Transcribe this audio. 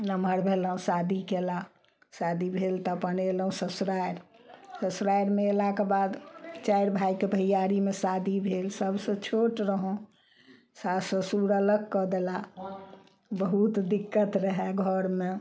नमहर भेलहुँ शादी कयला शादी भेल तऽ अपन अयलहुँ ससुरारि ससुरारिमे अयलाके बाद चारि भायके भैआरीमे शादी भेल सबसँ छोट रहौं सास ससुर अलग कऽ देला बहुत दिक्कत रहए घरमे